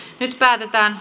nyt päätetään